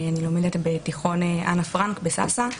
לומדת בתיכון אנה פרנק בסאסא.